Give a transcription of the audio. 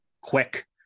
quick